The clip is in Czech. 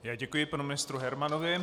Já děkuji panu ministru Hermanovi.